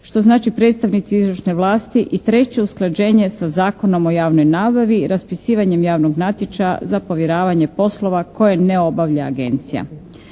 Što znači, predstavnici izvršne vlasti. I treće usklađenje sa Zakonom o javnoj nabavi, raspisivanjem javnog natječaja za povjeravanja poslova koje ne obavlja Agencija.